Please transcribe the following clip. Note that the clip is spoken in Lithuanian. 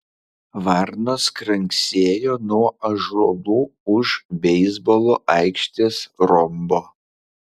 varnos kranksėjo nuo ąžuolų už beisbolo aikštės rombo